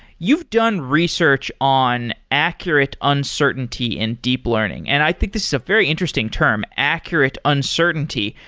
you've done research on accurate uncertainty and deep learning, and i think this is a very interesting term, accurate uncertainty.